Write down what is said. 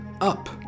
up